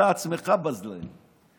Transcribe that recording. אתה עצמך בז להם.